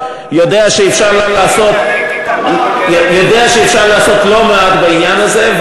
שאפשר לעשות לא מעט בעניין הזה,